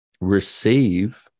receive